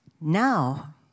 now